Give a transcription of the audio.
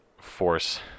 force